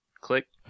click